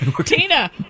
Tina